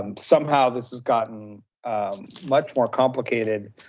and somehow this has gotten much more complicated,